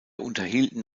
unterhielten